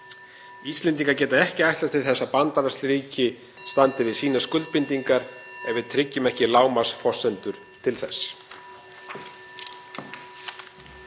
Íslendingar geta ekki ætlast til að bandalagsríki standi við sínar skuldbindingar ef við tryggjum ekki lágmarksforsendur til þess.